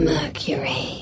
Mercury